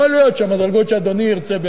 יכול להיות שהמדרגות שאדוני ירצה,